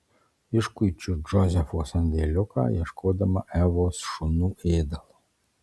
iškuičiu džozefo sandėliuką ieškodama evos šunų ėdalo